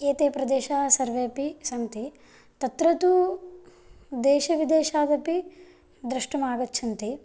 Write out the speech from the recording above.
एते प्रदेशाः सर्वेपि सन्ति तत्र तु देशविदेशादपि द्रष्टुम् आगच्छन्ति